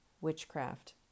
witchcraft